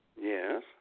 Yes